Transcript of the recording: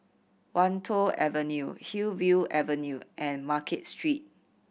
Wan Tho Avenue Hillview Avenue and Market Street